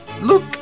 Look